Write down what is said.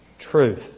Truth